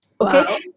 okay